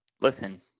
listen